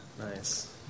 Nice